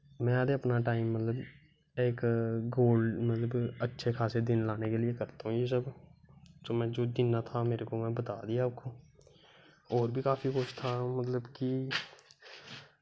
में ते अपना टैम मतलब इक गोल्ड मतलब कि अच्छे खासे दिन लाने के लिए करता हूं जितना था मेने बता दियां आपको होर बी काफी कुछ था मतलब की